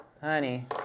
Honey